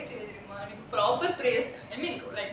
morning proper praise I mean like